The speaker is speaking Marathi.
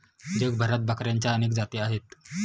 जगभरात बकऱ्यांच्या अनेक जाती आहेत